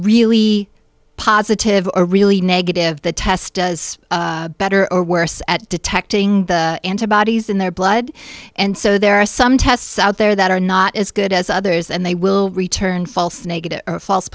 really positive a really negative the test does better or worse at detecting the antibodies in their blood and so there are some tests out there that are not as good as others and they will return false negative false